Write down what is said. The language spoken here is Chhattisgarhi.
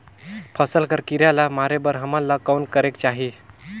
फसल कर कीरा ला मारे बर हमन ला कौन करेके चाही?